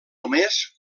només